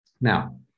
Now